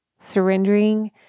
surrendering